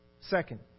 Second